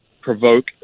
provoke